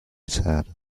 said